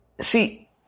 see